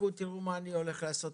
תראו מה אני הולך לעשות.